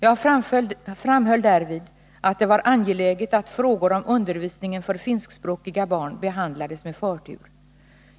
Jag framhöll därvid att det var angeläget att frågor om undervisningen för finskspråkiga barn behandlades med förtur.